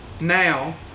Now